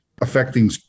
affecting